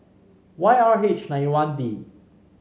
Y R H nine one D